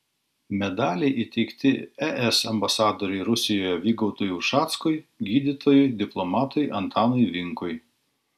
medaliai įteikti es ambasadoriui rusijoje vygaudui ušackui gydytojui diplomatui antanui vinkui